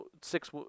six